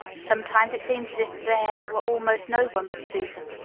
sometimes it seemed as if there were almost no one but susan.